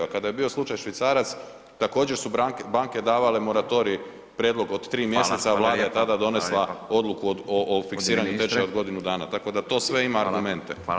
A kada je bio slučaj švicarac također su banke davale moratorij, prijedlog od 3 mjeseca [[Upadica: Fala lijepa, fala lijepa]] a Vlada je tada donesla odluku o, o, o fiksiranju [[Upadica: g. ministre]] tečaja od godinu dana, tako da to sve ima argumente.